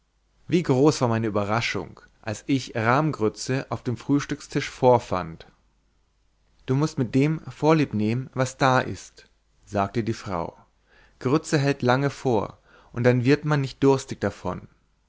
wie groß war meine überraschung als ich rahmgrütze auf dem frühstückstisch vorfand du mußt mit dem vorliebnehmen was da ist sagte die frau grütze hält lange vor und dann wird man nicht durstig davon